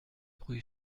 rue